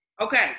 Okay